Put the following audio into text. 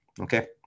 okay